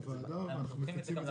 זה מגיע לוועדה ואנחנו מפיצים את זה